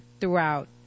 throughout